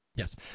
Yes